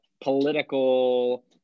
political